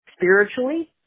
spiritually